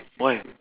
why